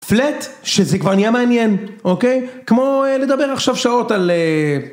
פלט (flat) שזה כבר נהיה מעניין, אוקיי, כמו לדבר עכשיו שעות על...